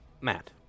Matt